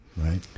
right